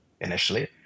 initially